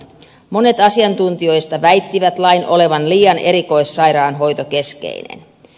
monet asiantuntijoista väittivät lain olevan liian erikoissairaanhoitokeskeinen